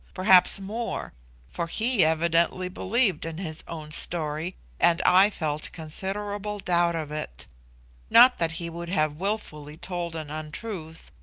perhaps more for he evidently believed in his own story, and i felt considerable doubt of it not that he would have wilfully told an untruth,